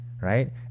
right